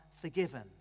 forgiven